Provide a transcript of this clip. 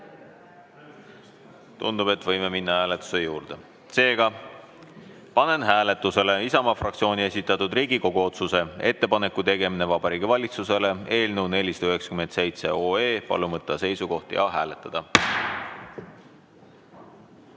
Tundub, et võime minna hääletuse juurde. Seega, panen hääletusele Isamaa fraktsiooni esitatud Riigikogu otsuse "Ettepaneku tegemine Vabariigi Valitsusele" eelnõu 497. Palun võtta seisukoht ja hääletada!